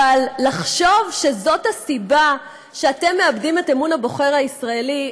אבל לחשוב שזאת הסיבה שאתם מאבדים את אמון הבוחר הישראלי,